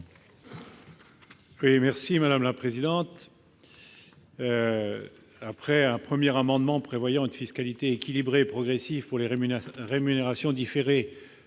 M. Jean-Louis Tourenne. Après un premier amendement prévoyant une fiscalité équilibrée et progressive pour les rémunérations différées,